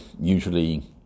usually